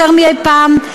יותר מאי-פעם,